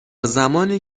زمانی